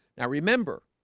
now remember